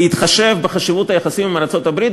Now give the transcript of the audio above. בהתחשב בחשיבות היחסים עם ארצות-הברית,